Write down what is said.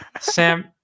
Sam